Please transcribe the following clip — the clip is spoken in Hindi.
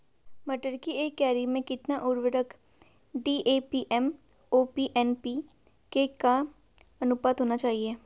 मटर की एक क्यारी में कितना उर्वरक डी.ए.पी एम.ओ.पी एन.पी.के का अनुपात होना चाहिए?